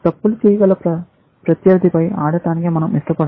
తప్పులు చేయగల ప్రత్యర్థిపై ఆడటానికి మనం ఇష్టపడము